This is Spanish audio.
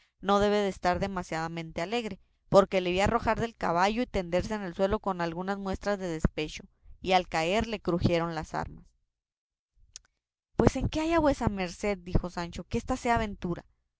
no debe de estar demasiadamente alegre porque le vi arrojar del caballo y tenderse en el suelo con algunas muestras de despecho y al caer le crujieron las armas pues en qué halla vuesa merced dijo sancho que ésta sea aventura